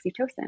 oxytocin